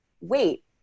wait